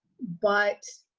but